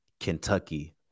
Kentucky